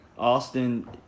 Austin